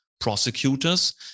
prosecutors